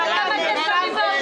הכל בשביל "רק לא ביבי".